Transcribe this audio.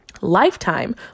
Lifetime